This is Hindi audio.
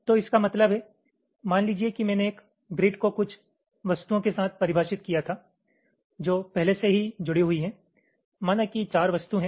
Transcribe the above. तो इसका मतलब है मान लीजिए कि मैंने एक ग्रिड को कुछ वस्तुओं के साथ परिभाषित किया था जो पहले से ही जुड़ी हुई हैं माना कि चार वस्तु हैं